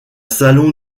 salon